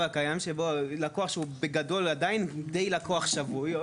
הקיים שבו לקוח שהוא בגדול עדיין די לקוח שבוי,